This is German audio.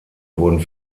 wurden